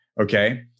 okay